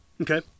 Okay